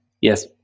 Yes